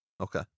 Okay